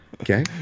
okay